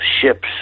ships